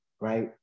right